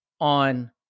on